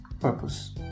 purpose